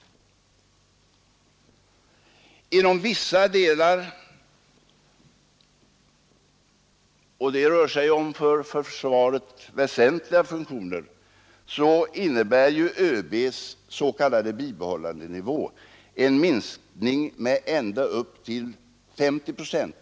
Inom vissa delar — och det rör sig om för försvaret väsentliga funktioner — innebär ÖB:s bibehållandenivå en minskning med nära 50 procent.